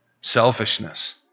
Selfishness